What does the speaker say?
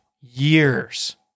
years